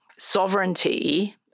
sovereignty